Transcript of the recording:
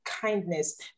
kindness